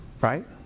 right